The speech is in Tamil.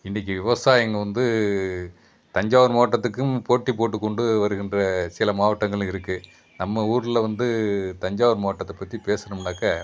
இன்றைக்கி விவசாயிங்க வந்து தஞ்சாவூர் மாவட்டத்துக்கும் போட்டி போட்டு கொண்டு வருகின்ற சில மாவட்டங்களும் இருக்குது நம்ம ஊரில் வந்து தஞ்சாவூர் மாவட்டத்தை பற்றி பேசுணும்னாக்க